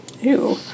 Ew